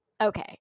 okay